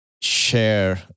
share